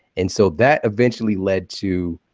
and so that eventually led to